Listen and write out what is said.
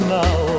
now